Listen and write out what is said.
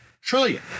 Trillion